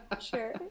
Sure